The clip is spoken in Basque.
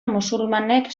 musulmanek